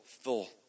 full